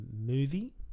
movie